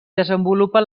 desenvolupa